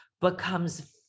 becomes